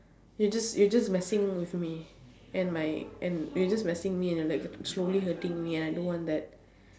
you're just you're just messing with me and my and you're just messing me and like slowly hurting me and I don't want that